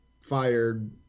fired